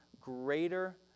greater